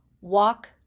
walk